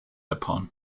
upon